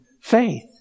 faith